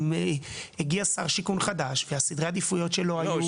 אם הגיע שר שיכון חדש והסדרי עדיפויות שלו היו --- לא,